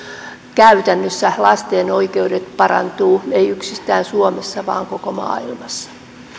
käytännössä lasten oikeudet parantuvat eivät yksistään suomessa vaan koko maailmassa